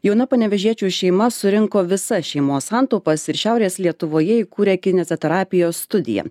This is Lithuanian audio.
jauna panevėžiečių šeima surinko visas šeimos santaupas ir šiaurės lietuvoje įkūrė kineziterapijos studiją